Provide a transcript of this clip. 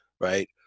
Right